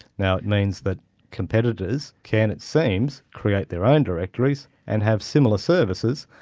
now it means that competitors can, it seems, create their own directories and have similar services,